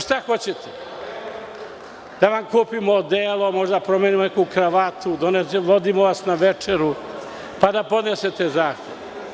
Šta hoćete, da vam kupimo odelo, možda promenimo neku kravatu, vodimo vas na večeru, pa da podnesete zahtev?